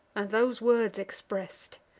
and those words express'd.